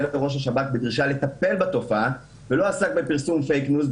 לראש השב"כ בדרישה לטפל בתופעה ולא עסק בפרסום "פייק ניוז"